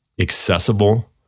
accessible